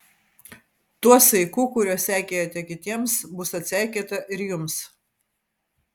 tuo saiku kuriuo seikėjate kitiems bus atseikėta ir jums